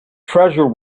treasure